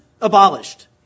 abolished